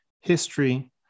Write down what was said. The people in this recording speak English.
history